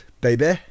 baby